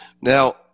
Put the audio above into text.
Now